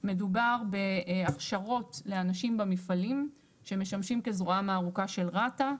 מדובר בהכשרות לאנשים במפעלים שמשמשים כזרועה הארוכה של רת"א.